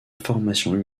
formation